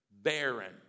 barren